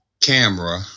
camera